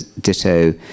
Ditto